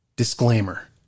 Disclaimer